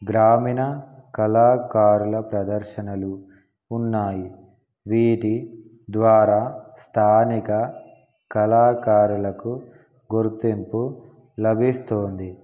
గ్రామీణ కళాకారుల ప్రదర్శనలు ఉన్నాయి వీటి ద్వారా స్థానిక కళాకారులకు గుర్తింపు లభిస్తోంది